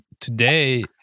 today